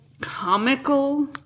comical